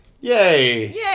Yay